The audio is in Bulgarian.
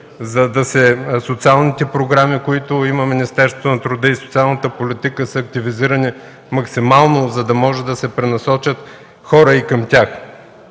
фирми. Социалните програми на Министерството на труда и социалната политика са активизирани максимално, за да могат да се пренасочат хора и към тях.